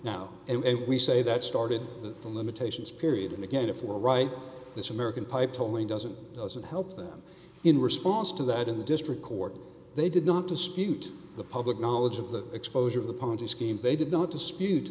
now and we say that started the limitations period and again if we're right this american pipe tolling doesn't doesn't help them in response to that in the district court they did not dispute the public knowledge of the exposure of the ponzi scheme they did not dispute